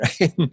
Right